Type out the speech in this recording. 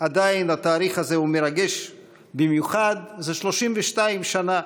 שעדיין התאריך הזה הוא מרגש במיוחד: זה 32 שנה,